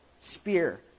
spear